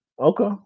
Okay